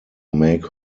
make